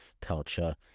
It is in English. culture